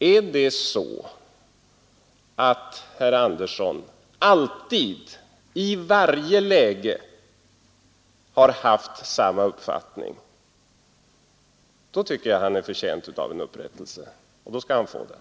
Är det så att herr Andersson alltid i varje läge haft samma uppfattning? Då tycker jag han är förtjänt av en upprättelse och då skall han få den.